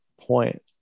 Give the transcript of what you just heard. point